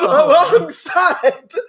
alongside